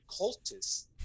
cultists